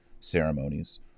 ceremonies